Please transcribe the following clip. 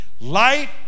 Light